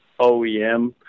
OEM